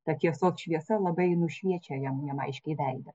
ta tiesos šviesa labai nušviečia jam jam aiškiai veidą